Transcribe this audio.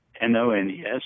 N-O-N-E-S